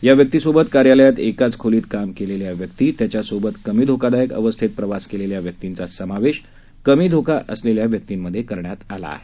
या व्यक्तीसोबत कार्यालयात एकाच खोलीत काम केलेल्या व्यक्ती त्याच्यासोबत कमी धोकादायक अवस्थेत प्रवास केलेल्या व्यक्तींचा समावेश कमी धोका असलेल्या व्यक्तींमध्ये करण्यात आलेला आहे